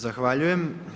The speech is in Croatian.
Zahvaljujem.